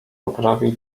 poprawił